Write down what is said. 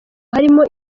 harimo